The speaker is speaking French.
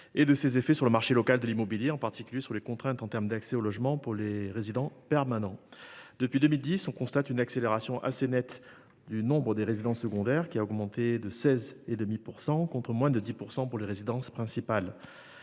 Et de ses effets sur le marché local de l'immobilier en particulier sur les contraintes en termes d'accès au logement pour les résidents permanents. Depuis 2010, on constate une accélération assez nette du nombre des résidences secondaires qui a augmenté de 16 et demi pour 100, contre moins de 10% pour les résidences principales.